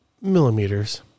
millimeters